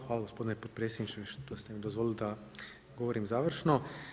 Hvala gospodine potpredsjedniče što ste mi dozvolili da govorim završno.